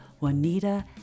Juanita